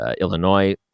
Illinois